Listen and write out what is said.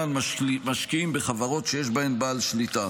על משקיעים בחברות שיש בהן בעל שליטה.